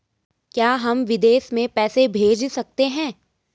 क्या हम विदेश में पैसे भेज सकते हैं?